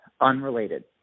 unrelated